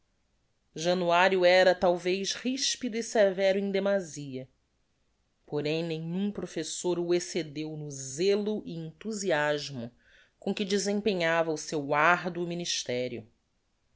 januario era talvez rispido e severo em demazia porém nenhum professor o excedeu no zelo e enthusiasmo com que desempenhava o seu arduo ministerio